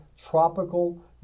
tropical